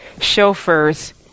chauffeurs